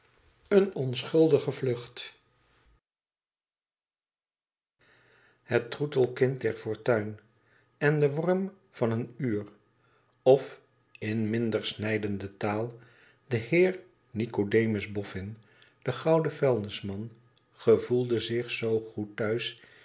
esne onschuldigb vlucht het troetelkind der fortuin en de worm van een uur of in mmder snijdende taal de heer nicodemus boffin de gouden vuilnisman gevoelde zich zoo goed thuis